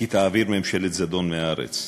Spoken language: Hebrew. "כי תעביר ממשלת זדון מן הארץ".